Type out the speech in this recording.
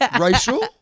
racial